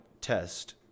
test